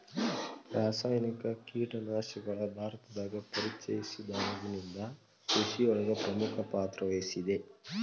ರಾಸಾಯನಿಕ ಕೇಟನಾಶಕಗಳು ಭಾರತದಾಗ ಪರಿಚಯಸಿದಾಗನಿಂದ್ ಕೃಷಿಯೊಳಗ್ ಪ್ರಮುಖ ಪಾತ್ರವಹಿಸಿದೆ